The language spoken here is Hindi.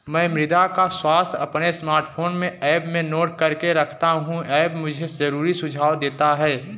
मैं मृदा का स्वास्थ्य अपने स्मार्टफोन में ऐप में नोट करके रखता हूं ऐप मुझे जरूरी सुझाव देता है